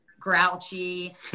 grouchy